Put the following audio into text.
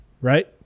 right